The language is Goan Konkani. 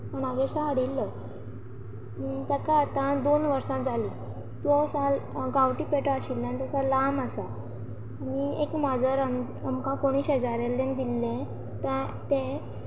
कोणागेर सावन हाडिल्लो आनी ताका आतां दोन वर्सां जालीं तो गांवठी पेटो आशिल्ल्यान तो लांब आसा आनी एक माजर आमकां कोणी शेजाऱ्यान दिल्लें तें